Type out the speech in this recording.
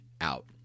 out